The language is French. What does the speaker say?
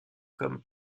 comme